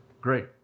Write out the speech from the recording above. Great